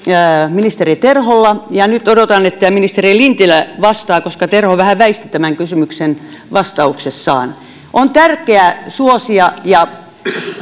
ministeri terholla ja nyt odotan että ministeri lintilä vastaa koska terho vähän väisti tätä kysymystä vastauksessaan on tärkeää suosia ja